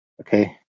okay